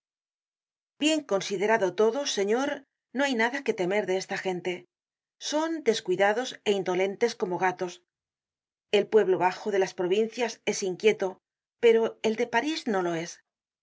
bien considerado todo señor no hay nada que temer de esta gente son descuidados é indolentes como gatos el pueblo bajo delas provincias es inquieto pero el de parís no lo es